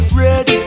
ready